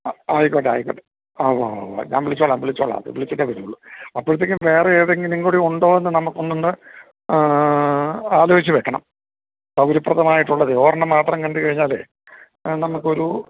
ആ ആ ആയിക്കോട്ടെ ആയിക്കോട്ടെ ആ ഊവ്വുവ്വ് ഞാൻ വിളിച്ചോളാം വിളിച്ചോളാം വിളിച്ചിട്ടേ വരുന്നുള്ളൂ അപ്പോഴത്തേക്കും വേറെ ഏതെങ്കിലും കൂടി ഉണ്ടോ എന്നു നമുക്കൊന്ന് ആലോചിച്ചു വയ്ക്കണം സൗകര്യപ്രദമായിട്ടുള്ളതെ ഒരെണ്ണം മാത്രം കണ്ടുകഴിഞ്ഞാലേ നമ്മുക്കൊരു